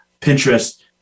Pinterest